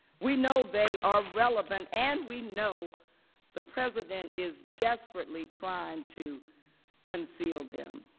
we know they are relevant and we know the president is desperately trying to conceal them.